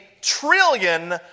trillion